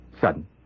Sudden